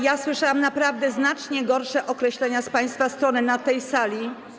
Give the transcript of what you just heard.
Ja słyszałam naprawdę znacznie gorsze określenia z państwa strony na tej sali.